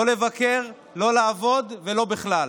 לא לבקר, לא לעבוד ולא בכלל.